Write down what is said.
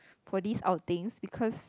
for these outings because